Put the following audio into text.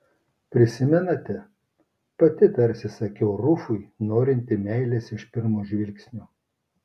prisimenate pati tarsi sakiau rufui norinti meilės iš pirmo žvilgsnio